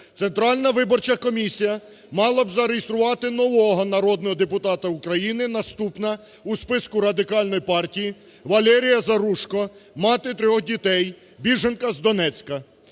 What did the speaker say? Центральна виборча комісія мала б зареєструвати нового народного депутата України, наступна в списку Радикальної партії Валерія Заружко, мати трьох дітей, біженка з Донецька.